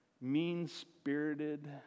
Mean-spirited